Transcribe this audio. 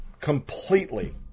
completely